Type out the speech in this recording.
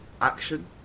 action